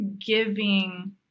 giving